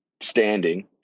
standing